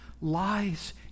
lies